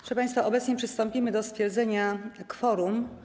Proszę państwa, obecnie przystąpimy do stwierdzenia kworum.